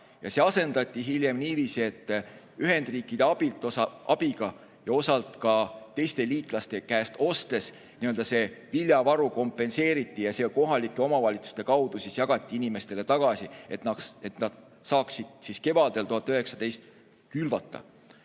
ära. See asendati hiljem niiviisi, et Ühendriikide abiga ja osalt ka teiste liitlaste käest ostes see viljavaru kompenseeriti ja kohalike omavalitsuste kaudu jagati inimestele tagasi, et nad saaksid 1919. aasta kevadel külvata.